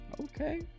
Okay